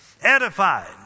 edified